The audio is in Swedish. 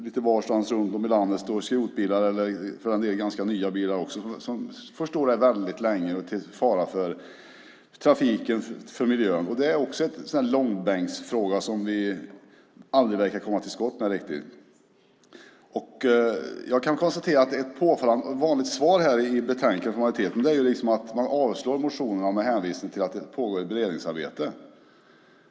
Lite varstans runt om i landet står det skrotbilar, eller för den delen ganska nya bilar också, som får stå där väldigt länge till fara för trafiken och miljön. Det är också en långbänksfråga som vi aldrig verkar komma till skott med riktigt. Jag kan konstatera att ett påfallande vanligt svar i betänkanden från majoriteten är att man yrkar avslag på motionerna med hänvisning till att det pågår ett beredningsarbete.